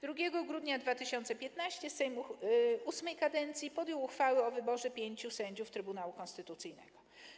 2 grudnia 2015 r. Sejm VIII kadencji podjął uchwały o wyborze pięciu sędziów Trybunału Konstytucyjnego.